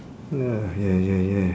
uh ya ya ya